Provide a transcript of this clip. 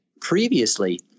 previously